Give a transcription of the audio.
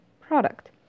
product